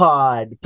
Pod